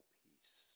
peace